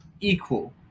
equal